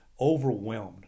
overwhelmed